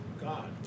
God